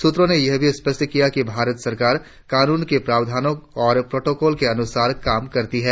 सूत्रों ने यह भी स्पष्ट किया कि भारत सरकार कानून के प्रावधानों और प्रोटोकॉल के अनुसार काम करती है